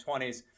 20s